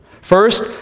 First